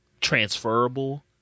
transferable